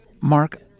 Mark